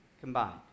combined